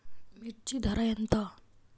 మిర్చి ధర ఎంత?